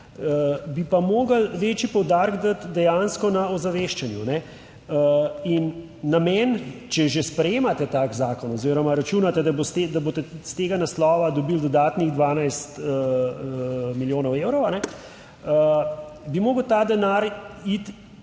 bi pa morali večji poudarek dati dejansko na ozaveščanju. In namen, če že sprejemate tak zakon oziroma računate, da boste, da boste iz tega naslova dobili dodatnih 12 milijonov evrov bi moral ta denar iti